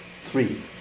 three